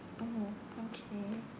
oh okay